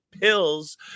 pills